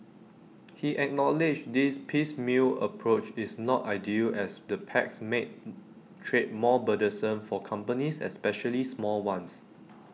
he acknowledged this piecemeal approach is not ideal as the pacts make trade more burdensome for companies especially small ones